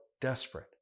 desperate